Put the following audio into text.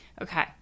Okay